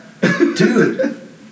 Dude